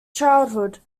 childhood